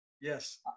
Yes